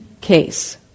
case